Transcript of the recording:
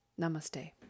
Namaste